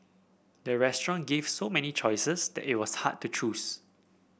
the restaurant gave so many choices that it was hard to choose